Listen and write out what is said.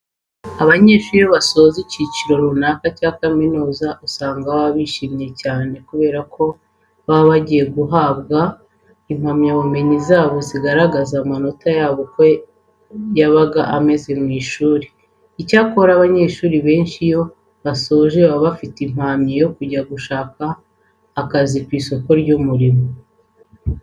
Abanyeshuri basoje icyiciro runaka cya kaminuza usanga baba bishimye cyane, kubera ko baba bagiye guhabwa impamyabumenyi zabo zigaragaza amanota yabo uko yabaga ameze mu ishuri. Icyakora abanyeshuri benshi iyo bagisoza baba bafite impamyi yo kujya gushaka akazi ku isoko ry'umurimo.